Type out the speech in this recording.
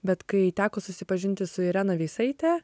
bet kai teko susipažinti su irena veisaite